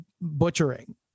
butchering